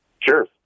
Sure